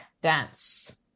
dance